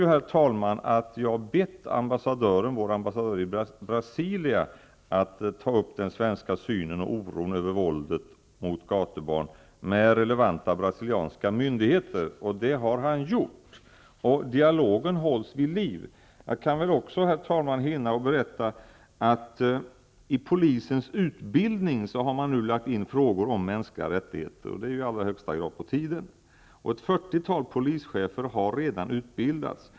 Sedan sade jag att jag bett vår ambassadör i Brasilia att ta upp den svenska synen på och oron över våldet mot gatubarn med relevanta brasilianska myndigheter. Det har han gjort. Dialogen hålls vid liv. Herr talman! Jag hinner väl också berätta att man nu har lagt in frågor om mänskliga rättigheter i polisens utbildning. Det är i allra högsta grad på tiden. Ett fyrtiotal polischefer har redan utbildats.